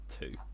two